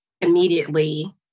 Immediately